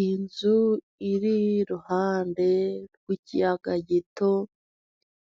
Iyi nzu iri iruhande rw'ikiyaga gito,